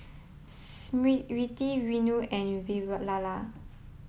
Smriti Renu and Vavilala